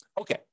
Okay